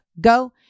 go